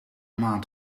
maand